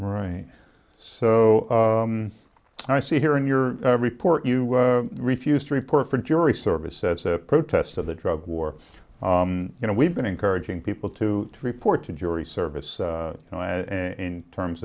right so i see here in your report you refused to report for jury service as a protest of the drug war you know we've been encouraging people to report to jury service in terms